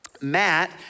Matt